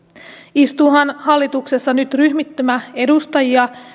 istuuhan hallituksessa nyt ryhmittymä edustajia